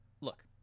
Look